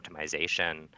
optimization